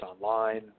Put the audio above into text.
online